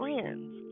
friends